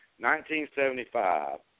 1975